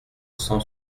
cent